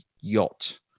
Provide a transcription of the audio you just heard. yacht